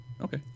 Okay